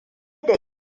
da